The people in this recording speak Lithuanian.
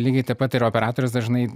lygiai taip pat ir operatorius dažnai